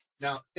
now